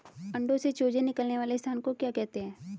अंडों से चूजे निकलने वाले स्थान को क्या कहते हैं?